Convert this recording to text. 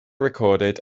recorded